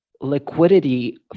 liquidity